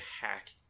hack